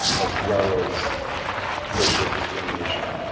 as well as racial discrimination.